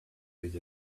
with